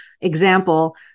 example